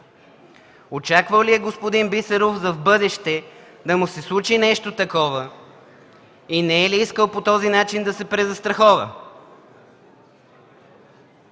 Очаквал ли е господин Бисеров за в бъдеще да му се случи нещо такова? И не е ли искал по този начин да се презастрахова?!